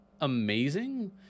amazing